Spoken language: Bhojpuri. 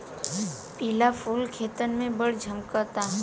पिला फूल खेतन में बड़ झम्कता